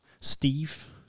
Steve